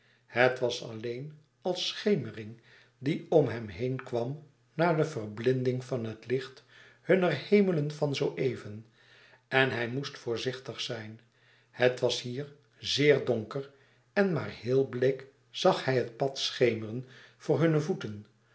het was alleen als schemering die om hem heen kwam na de verblinding van het licht hunner hemelen van zoo even en hij moest voorzichtig zijn het was hier zeer donker en maar heel bleek zag hij het pad schemeren voor hunne voeten